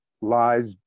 lies